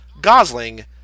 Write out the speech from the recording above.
Gosling